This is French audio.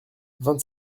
vingt